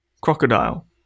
crocodile